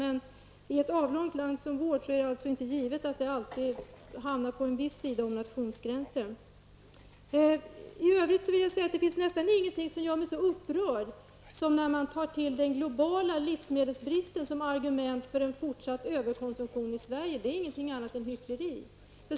Men i ett avlångt land som vårt är det inte givet att de båda alltid hamnar på en viss sida om nationsgränsen. Det finns nästan ingenting som gör mig så upprörd som när man tar till den globala livsmedelsbristen som argument för en fortsatt överkonsumtion i Sverige. Det är inget annat än hyckleri.